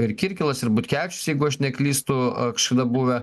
ir kirkilas ir butkevičius jeigu aš neklystu kažkada buvę